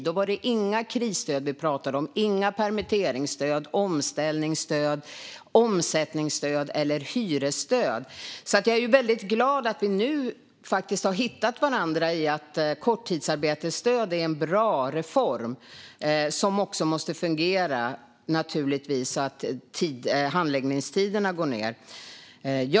Då pratades det inte om några krisstöd, permitteringsstöd, omställningsstöd, omsättningsstöd eller hyresstöd. Jag är alltså glad över att vi nu har hittat varandra i att korttidsarbetsstöd är en bra reform. Den måste naturligtvis också fungera, så att handläggningstiderna kan kortas.